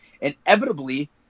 inevitably